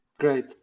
Great